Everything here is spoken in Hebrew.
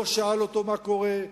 לא שאל אותו מה קורה,